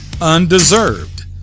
undeserved